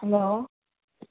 hello